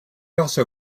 also